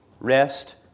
rest